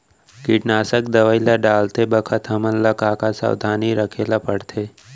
कीटनाशक दवई ल डालते बखत हमन ल का का सावधानी रखें ल पड़थे?